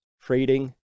trading